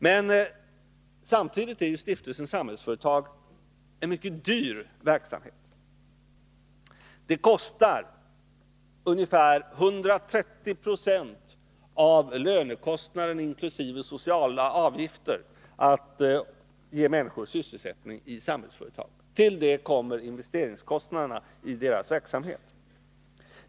Men det är samtidigt en mycket dyr verksamhet. Det kostar ungefär 130 90 av lönekostnaden inkl. sociala avgifter att ge människor sysselsättning i Samhällsföretag. Till det kommer investeringskostnaderna för verksamheten.